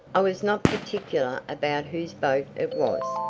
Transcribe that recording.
i was not particular about whose boat it was,